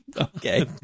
Okay